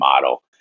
model